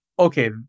Okay